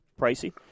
pricey